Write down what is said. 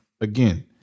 Again